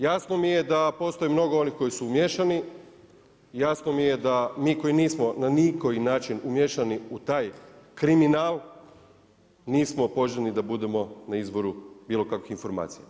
Jasno mi je da postoji mnogo onih koji su umiješani, jasno mi je da mi koji nismo na nikoji način umiješani u taj kriminal, nismo poželjni da bude na izboru bilo kakvih informacija.